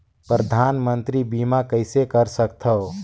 परधानमंतरी बीमा कइसे कर सकथव?